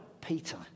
Peter